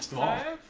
so my